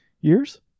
years